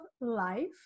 life